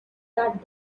that